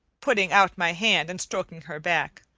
putting out my hand and stroking her back,